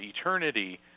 eternity